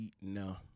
no